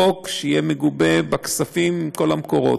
חוק שיהיה מגובה בכספים עם כל המקורות,